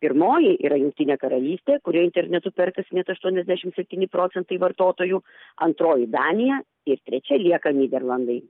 pirmoji yra jungtinė karalystė kurioj internetu perkasi net aštuoniasdešimt septyni procentai vartotojų antroji danija ir trečia lieka nyderlandai